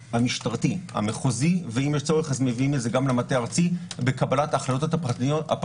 פעילות מחאה המכוונת כנגד החלטות גורמי השלטון.